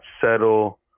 settle